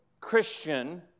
Christian